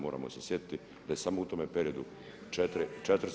Moramo se sjetiti da je samo u tom periodu